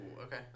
okay